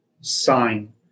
sign